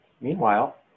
meanwhile